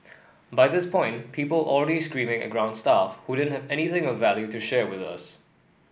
by this point people already screaming at ground staff who didn't have anything of value to share with us